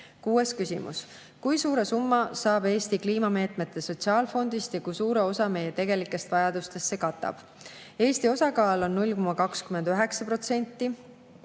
küsimus: "Kui suure summa saab Eesti kliimameetmete sotsiaalfondist ja kui suure osa meie tegelikest vajadustest see katab?" Eesti osakaal fondi